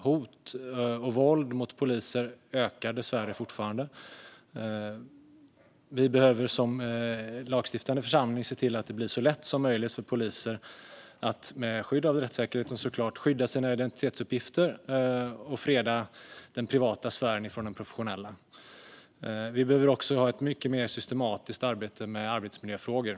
Hot och våld mot poliser ökar dessvärre fortfarande. Vi behöver som lagstiftande församling se till att det blir så lätt som möjligt för poliser att, såklart med skydd av rättssäkerheten, skydda sina identitetsuppgifter och freda den privata sfären från den professionella. Vi behöver också ha ett mycket mer systematiskt arbete med arbetsmiljöfrågor.